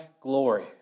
glory